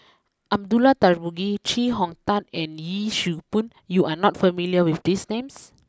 Abdullah Tarmugi Chee Hong Tat and Yee Siew Pun you are not familiar with these names